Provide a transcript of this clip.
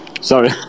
Sorry